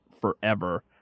forever